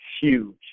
huge